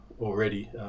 already